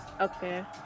okay